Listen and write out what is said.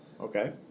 Okay